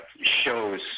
shows